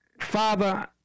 father